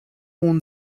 warn